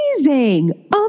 amazing